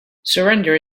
surrender